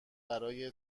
برای